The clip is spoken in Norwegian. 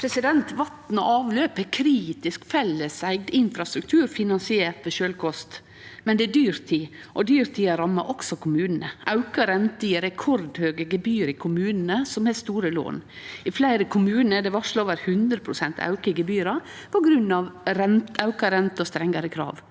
Vatn og avløp er kritisk felleseigd infrastruktur finansiert ved sjølvkost. Men det er dyrtid, og dyrtida rammar også kommunane. Auka rente gjev rekordhøge gebyr i kommunane som har store lån. I fleire kommunar er det varsla over 100 pst. auke i gebyra på grunn av auka rente og strengare krav.